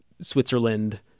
Switzerland